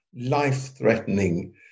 life-threatening